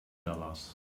dollars